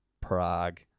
prague